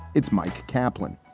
it's mike kaplin